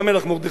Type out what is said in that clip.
מודיעין-עילית,